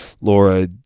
Laura